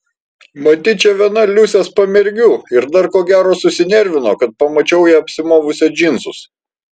matyt čia viena liusės pamergių ir dar ko gero susinervino kad pamačiau ją apsimovusią džinsus